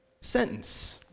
sentence